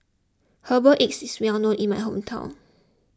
Herbal Egg is well known in my hometown